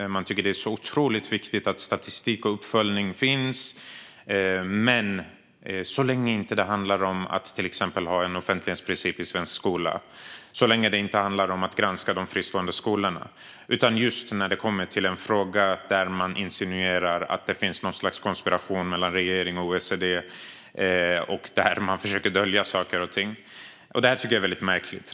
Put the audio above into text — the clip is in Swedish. De tycker att det är otroligt viktigt att det finns statistik och uppföljning, men bara så länge det inte handlar om en offentlighetsprincip i svensk skola eller om att granska de fristående skolorna. Det gäller bara när det handlar om en fråga där man insinuerar att det finns en konspiration mellan regeringen och OECD och där man ska ha försökt att dölja saker och ting. Detta tycker jag är väldigt märkligt.